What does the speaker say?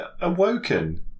awoken